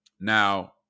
Now